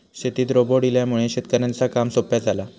शेतीत रोबोट इल्यामुळे शेतकऱ्यांचा काम सोप्या झाला